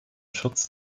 schutz